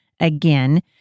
again